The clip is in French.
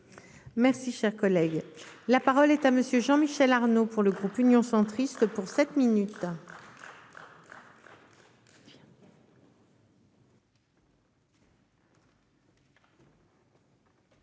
Merci, cher collègue, la parole est à monsieur Jean Michel Arnaud pour le groupe Union centriste pour 7 minutes.--